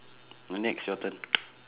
the next your turn